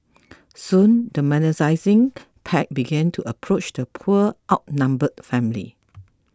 soon the pack began to approach the poor outnumbered family